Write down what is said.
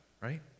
right